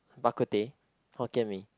Bak-Kut-Teh Hokkien Mee